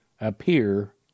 appear